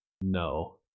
No